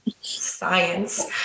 Science